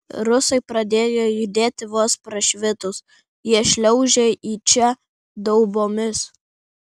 rusai pradėjo judėti vos prašvitus jie šliaužia į čia daubomis